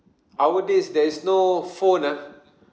our days there is no phone ah